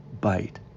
bite